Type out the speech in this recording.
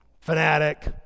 Fanatic